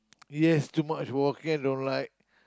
yes too much walking I don't like